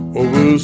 over